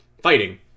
fighting